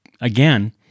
again